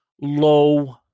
low